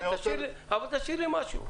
תשאיר לי משהו.